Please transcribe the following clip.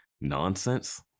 nonsense